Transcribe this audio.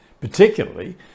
particularly